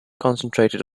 concentrated